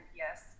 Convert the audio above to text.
yes